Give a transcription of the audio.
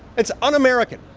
it's un-american.